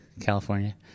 California